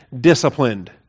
disciplined